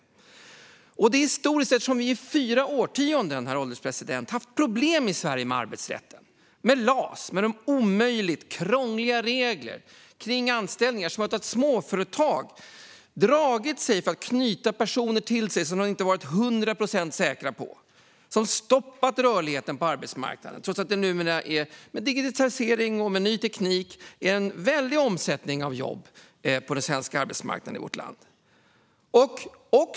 Avtalet är historiskt eftersom vi i fyra årtionden, herr ålderspresident, har haft problem i Sverige med arbetsrätten, med LAS, med de omöjligt krångliga regler kring anställningar som har gjort att småföretag har dragit sig för att knyta personer till sig som de inte har varit hundra procent säkra på, som har stoppat rörligheten på arbetsmarknaden, trots att det med digitalisering och ny teknik är en väldig omsättning av jobb på arbetsmarknaden i vårt land.